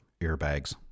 Airbags